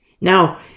now